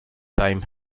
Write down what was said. time